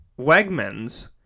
Wegmans